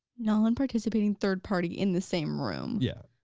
non participating third-party in the same room. yeah,